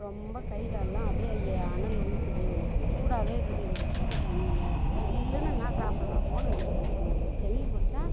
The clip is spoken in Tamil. ரொம்ப கை காலெல்லாம் அப்படியே அனல் வீசுது சூடாகவே இருக்குது எனக்கு சூடு தணியல ஜில்லுனு எதுனா சாப்பிட்லாமோனு இருக்குது எளநீர் குடித்தா